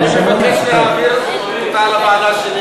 אני מבקש להעביר אותה לוועדה שלי,